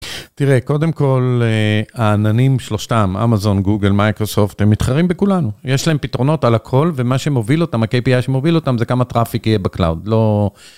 תראה, קודם כל, העננים שלושתם, אמזון, גוגל, מייקרוסופט, הם מתחרים בכולנו. יש להם פתרונות על הכל, ומה שמוביל אותם, ה KPI שמוביל אותם זה כמה טראפיק יהיה בקלאוד.לא...